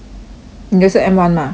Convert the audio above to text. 你的是 M one mah 还是什么